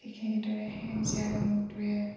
ঠিক সেইদৰে সেউজীয়া ৰংটোৱে